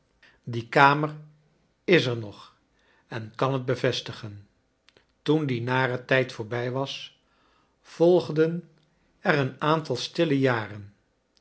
die kamer is er nog en kan het bevestigen toen die nare tijd voorbij was volgden er een aantal stille jaren